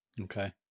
okay